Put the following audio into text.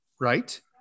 right